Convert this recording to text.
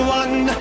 one